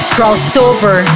Crossover